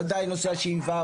ודאי נושא השאיבה,